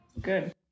good